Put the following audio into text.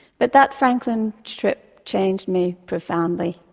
but that franklin trip changed me, profoundly.